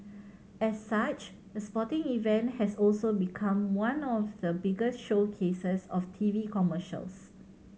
as such the sporting event has also become one of the biggest showcases of T V commercials